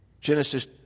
Genesis